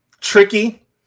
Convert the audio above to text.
Tricky